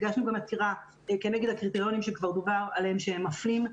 הגשנו גם עתירה כנגד הקריטריונים שכבר דובר עליהם שהם מפלים.